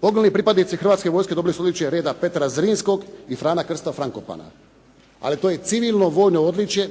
Ugledni pripadnici Hrvatske vojske dobili su odličje reda "Petra Zrinskog" i "Frana Krste Frankopana", ali to je civilno vojno odličje